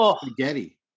spaghetti